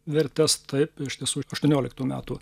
vertes taip iš tiesų aštuonioliktų metų